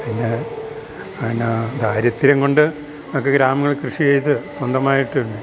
പിന്നെ പിന്നെ ദാരിദ്ര്യം കൊണ്ട് ഒക്കെ ഗ്രാമങ്ങൾ കൃഷി ചെയ്ത് സ്വന്തമായിട്ടുണ്ട്